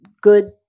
good